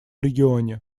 регионе